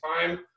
time